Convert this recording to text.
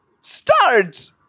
Start